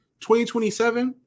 2027